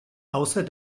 außer